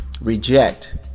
reject